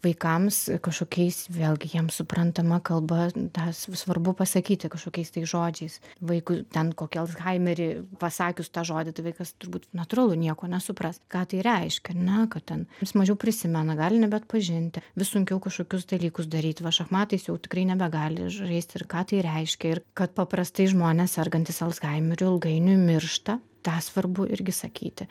vaikams kažkokiais vėlgi jiem suprantama kalba tą svarbu pasakyti kažkokiais tai žodžiais vaikui ten kokį alzhaimerį pasakius tą žodį tai vaikas turbūt natūralu nieko nesupras ką tai reiškia ar ne kad ten jis mažiau prisimena gali nebeatpažinti vis sunkiau kažkokius dalykus daryt va šachmatais jau tikrai nebegali žaist ir ką tai reiškia ir kad paprastai žmonės sergantys alzhaimeriu ilgainiui miršta tą svarbu irgi sakyti